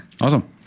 Awesome